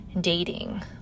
dating